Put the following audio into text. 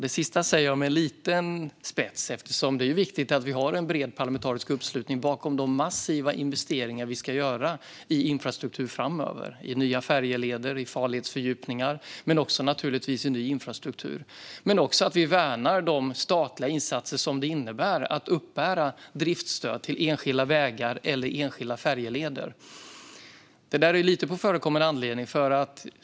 Det sista säger jag med en liten spets, eftersom det är viktigt att vi har en bred parlamentarisk uppslutning bakom de massiva investeringar vi ska göra i infrastruktur framöver: i nya färjeleder, i farledsfördjupningar men också naturligtvis i ny infrastruktur. Det är också viktigt att vi värnar de statliga insatser som innebär att man kan uppbära driftsstöd till enskilda vägar eller enskilda färjeleder. Det där säger jag lite på förekommen anledning.